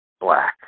black